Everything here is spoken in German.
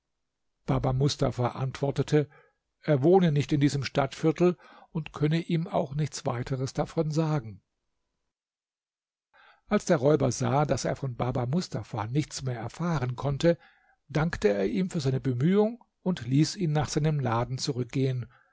baba mustafa antwortete er wohne nicht in diesem stadtviertel und könne ihm auch nichts weiteres davon sagen als der räuber sah daß er von baba mustafa nichts mehr erfahren konnte dankte er ihm für seine bemühung und ließ ihn nach seinem laden zurückgehen